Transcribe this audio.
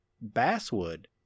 Basswood